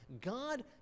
God